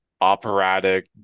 operatic